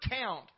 count